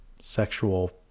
sexual